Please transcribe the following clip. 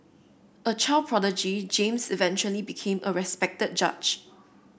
a child prodigy James eventually became a respected judge